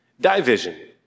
Division